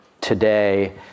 today